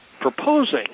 proposing